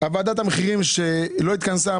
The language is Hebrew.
ועדת המחירים שלא התכנסה,